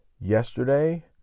Yesterday